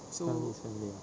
family sunday